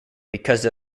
because